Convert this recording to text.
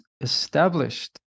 established